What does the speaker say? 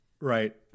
Right